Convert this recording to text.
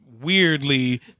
weirdly